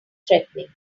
threatening